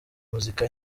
muzika